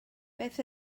beth